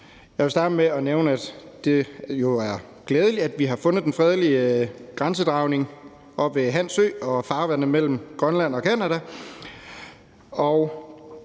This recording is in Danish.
Jeg vil starte med at nævne, at det er glædeligt, at vi har fundet frem til en fredelig grænsedragning oppe ved Hans Ø og farvandet mellem Grønland og Canada.